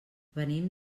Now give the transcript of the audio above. venim